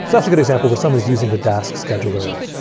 so that's a good example where someone is using the dask scheduler